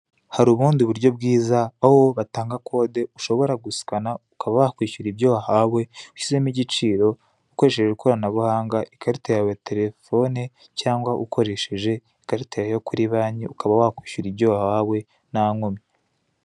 Hari ubundi buryo bwiza aho batanga code ushobora gusikana ukabakwishyura ibyo wahawe ushyizemo igiciro ukoresheje ikoranabuhanga, ikarita yawe terefone cyangwa ukoresheje ikaritari yo kuri banki ukaba wakwishyura ibyo wahawe nta nkomyi.